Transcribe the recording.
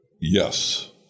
yes